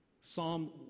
Psalm